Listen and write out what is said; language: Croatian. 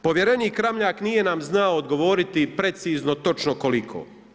Povjerenik Ramljak nije nam znao odgovoriti precizno točno koliko.